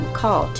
call